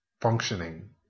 functioning